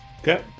Okay